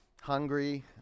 hungry